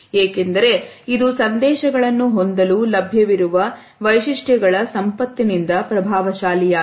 ಏಕೆಂದರೆ ಇದು ಸಂದೇಶಗಳನ್ನು ಹೊಂದಲು ಲಭ್ಯವಿರುವ ವೈಶಿಷ್ಟ್ಯಗಳ ಸಂಪತ್ತಿನಿಂದ ಪ್ರಭಾವಶಾಲಿಯಾದುದು